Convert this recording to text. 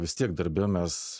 vis tiek darbe mes